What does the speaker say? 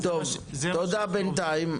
טוב, תודה בינתיים.